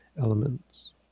elements